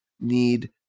need